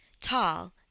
tall